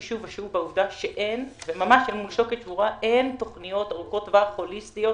שוב ושוב בעובדה שאין תוכניות ארוכות טווח הוליסטיות